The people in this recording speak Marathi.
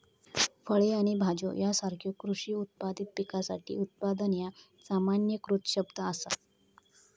फळे आणि भाज्यो यासारख्यो कृषी उत्पादित पिकासाठी उत्पादन ह्या सामान्यीकृत शब्द असा